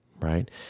right